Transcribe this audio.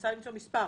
כ-50 מיליארד שקל